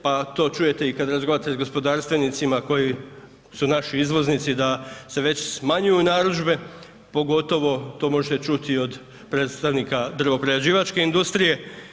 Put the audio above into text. Pa to čujete i kad razgovarate sa gospodarstvenicima koji su naši izvoznici da se već smanjuju narudžbe pogotovo to možete čuti i od predstavnika drvo-prerađivačke industrije.